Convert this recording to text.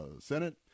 Senate